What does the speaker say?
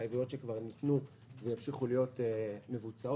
התחייבויות שניתנו כבר וימשיכו להיות מבוצעות.